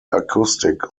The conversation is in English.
acoustic